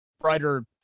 brighter